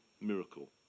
miracle